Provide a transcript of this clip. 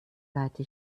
leite